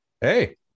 hey